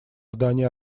здание